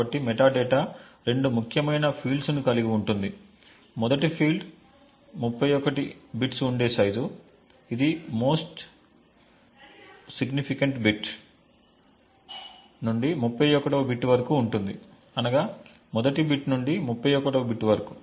కాబట్టి మెటాడేటా రెండు ముఖ్యమైన ఫీల్డ్స్ ని కలిగి ఉంటుంది మొదటి ఫీల్డ్ 31 బిట్స్ వుండే సైజు ఇది మోస్ట్ మోస్ట్ సిగ్నిఫికెంట్ బిట్ నుండి 31 వ బిట్ వరకు ఉంటుంది అనగా మొదటి బిట్ నుండి 31 వ బిట్ వరకు